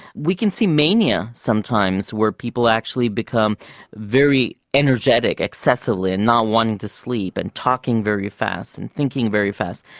we can see mania sometimes where people actually become very energetic, excessively, and not wanting to sleep and talking very fast and thinking very fast.